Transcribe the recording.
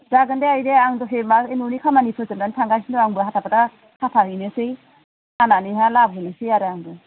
जागोन दे आइ दे आं दसे माबा बे न'नि खामानि फोजोबनानै थांगासिनो दं आंबो हाफा खाथा खाफा हैनोसै खानानैहा लाबोनोसै आरो आं